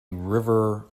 river